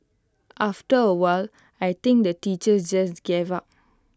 after A while I think the teachers just gave up